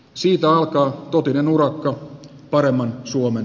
siitä alkaa totinen urakka paremman suomen